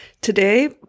today